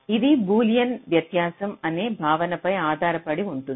ఇది బూలియన్ వ్యత్యాసం అనే భావనపై ఆధారపడి ఉంటుంది